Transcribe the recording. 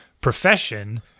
profession